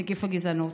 נגיף הגזענות.